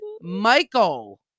Michael